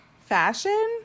fashion